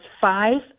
five